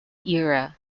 era